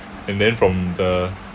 and then from the